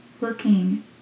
looking